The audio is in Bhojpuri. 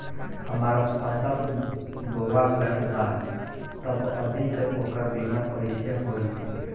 हमार फसल बोवा गएल बा तब अभी से ओकर बीमा कइसे होई?